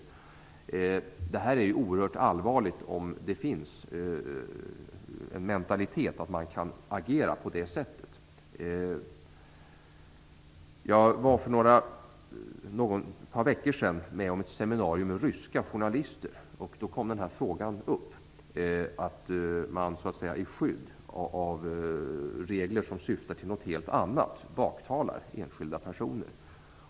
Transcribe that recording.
Det är oerhört allvarligt om det finns en mentalitet att man kan agera på det sättet. Jag var för ett par veckor sedan med på ett seminarium med ryska journalister. Då kom den här frågan upp, dvs. att man i skydd av regler som syftar till något helt annat baktalar enskilda personer.